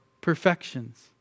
perfections